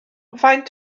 faint